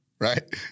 right